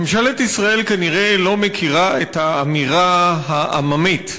ממשלת ישראל כנראה לא מכירה את האמירה העממית: